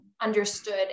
understood